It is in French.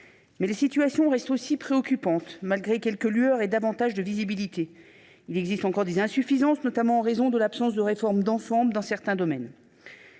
Mais la situation reste préoccupante, malgré quelques lueurs et davantage de visibilité. Il existe encore des insuffisances, notamment en raison de l’absence de réforme d’ensemble dans certains domaines.